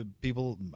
people